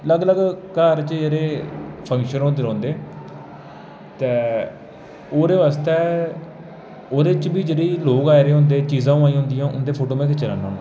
अलग अलग घर च जेह्ड़े फंक्शन होंदे रौंह्दे ते ओह्दे आस्तै ओह्दे च बी जेह्ड़े लोक आए दे होंदे जेह्कियां चीजां होआ दी होंदियां ओह्दे फोटो में खिच्ची लैन्ना होन्ना